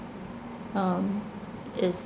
um is